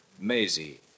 Maisie